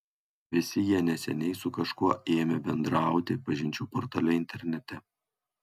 visi jie neseniai su kažkuo ėmė bendrauti pažinčių portale internete